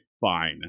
fine